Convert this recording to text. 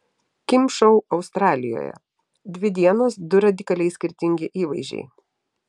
kim šou australijoje dvi dienos du radikaliai skirtingi įvaizdžiai